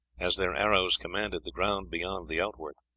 as their arrows commanded the ground beyond the outwork.